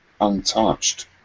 untouched